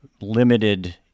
limited